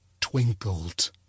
twinkled